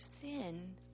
sin